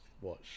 watch